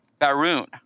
Baroon